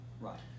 right